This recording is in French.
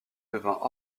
devint